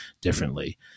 differently